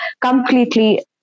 completely